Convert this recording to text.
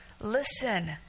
Listen